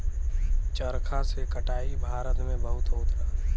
चरखा से कटाई भारत में बहुत होत रहल